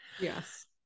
Yes